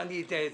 מה, אני צריך